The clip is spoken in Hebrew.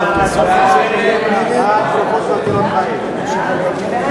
ההצעה להסיר מסדר-היום הצעת חוק מס ערך מוסף (תיקון,